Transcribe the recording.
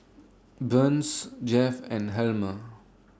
Burns Jeff and Helmer